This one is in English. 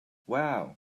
wow